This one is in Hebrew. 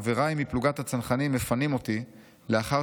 חבריי מפלוגת הצנחנים מפנים אותי לאחר